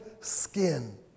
skin